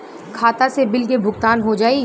खाता से बिल के भुगतान हो जाई?